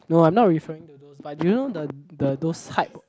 no I'm not referring to those but do you know the the those hype